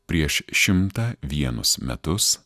prieš šimtą vienus metus